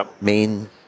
main